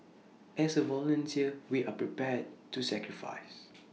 as A volunteer we are prepared to sacrifice